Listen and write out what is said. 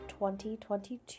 2022